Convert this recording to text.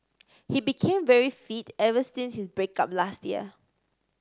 he became very fit ever since his break up last year